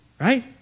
right